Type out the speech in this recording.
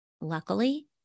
Luckily